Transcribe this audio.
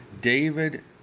David